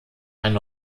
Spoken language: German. ein